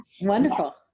Wonderful